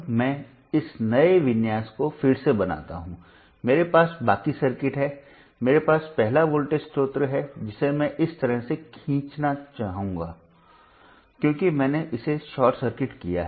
अब मैं इस नए विन्यास को फिर से बनाता हूं मेरे पास बाकी सर्किट है मेरे पास पहला वोल्टेज स्रोत है जिसे मैं इस तरह से खींचना चुनूंगा क्योंकि मैंने इसे शॉर्ट सर्किट किया है